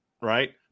right